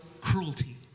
cruelty